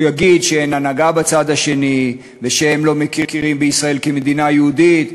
הוא יגיד שאין הנהגה בצד השני ושהם לא מכירים בישראל כמדינה יהודית,